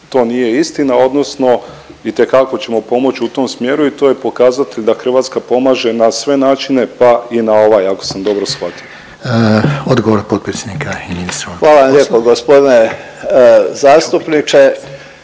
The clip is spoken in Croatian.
to nije istina odnosno itekako ćemo pomoći u tom smjeru i to je pokazatelj da Hrvatska pomaže na sve načine pa i na ovaj ako sam dobro shvatio. **Reiner, Željko (HDZ)** Odgovor potpredsjednika